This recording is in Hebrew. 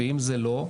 ואם זה לא,